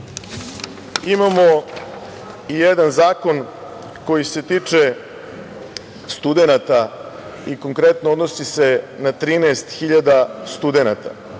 imamo jedan zakon koji se tiče studenata i konkretno odnosi se na 13.000 studenata.